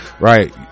right